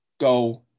go